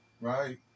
Right